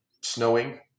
snowing